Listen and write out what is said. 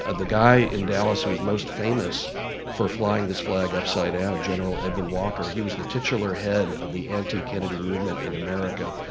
ah the guy in dallas who was most famous for flying this flag upside down, general edwin walker, he was the titular head of the anti-kennedy movement in america,